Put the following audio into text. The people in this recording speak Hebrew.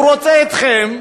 הוא רוצה אתכם.